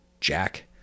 jack